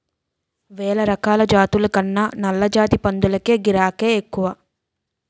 వేలరకాల జాతుల కన్నా నల్లజాతి పందులకే గిరాకే ఎక్కువ